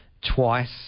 twice